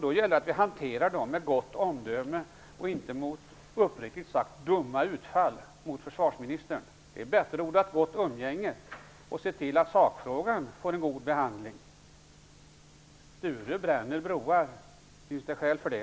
Då gäller det att handla med gott omdöme och inte göra -- uppriktigt sagt -- dumma utfall mot försvarsministern. Det är bättre att odla ett gott umgänge och se till att sakfrågan får en god behandling. Sture Ericson bränner broar. Finns det skäl för det?